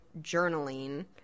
journaling